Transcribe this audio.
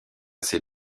ses